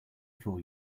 four